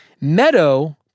Meadow